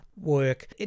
work